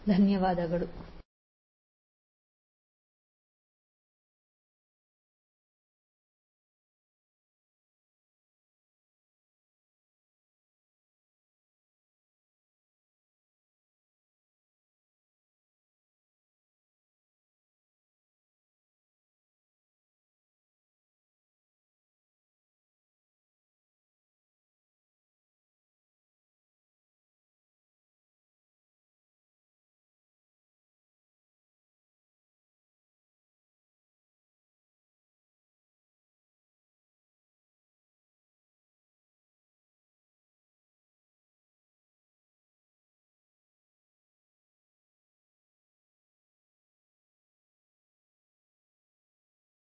ಧನ್ಯವಾದಗಳು